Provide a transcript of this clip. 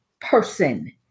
person